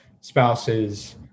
spouses